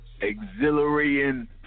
Exhilarating